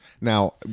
Now